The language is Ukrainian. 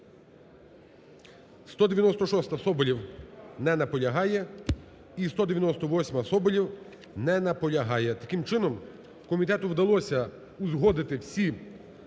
196-а, Соболєв. Не наполягає. І 198-а, Соболєв. Не наполягає. Таким чином комітету вдалося узгодити всі